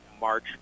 March